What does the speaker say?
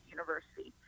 University